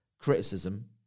criticism